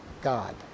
God